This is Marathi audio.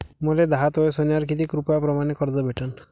मले दहा तोळे सोन्यावर कितीक रुपया प्रमाण कर्ज भेटन?